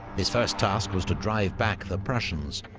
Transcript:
his first task was to drive back the prussians,